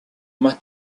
más